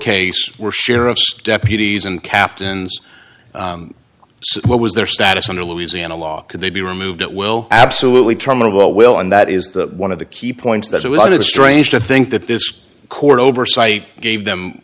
case were sheriff's deputies and captains what was their status under louisiana law could they be removed at will absolutely terminable will and that is the one of the key points that a lot of strange to think that this court oversight gave them